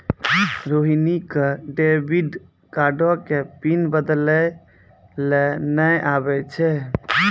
रोहिणी क डेबिट कार्डो के पिन बदलै लेय नै आबै छै